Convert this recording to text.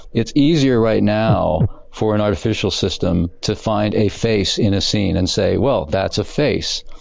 it's easier right now for an artificial system to find a face in a scene and say, well, that's a face.